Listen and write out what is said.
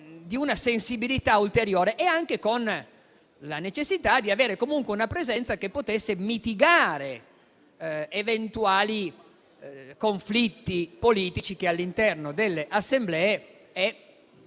di una sensibilità ulteriore e anche con la necessità di avere comunque una presenza che potesse mitigare eventuali conflitti politici che, all'interno delle Assemblee, è